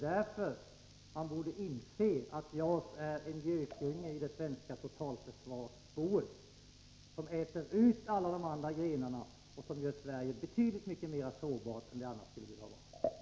Därför borde man inse att JAS är en gökunge i det svenska totalförsvarsboet, som äter ut alla andra åtgärder inom försvarsdepartementets verksamhets försvarsgrenar och gör Sverige betydligt mer sårbart än det annars skulle behöva vara.